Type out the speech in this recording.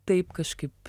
taip kažkaip